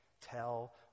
tell